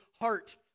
heart